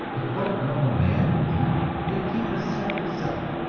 a quite normal man or woman may keep a separate self,